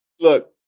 Look